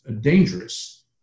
dangerous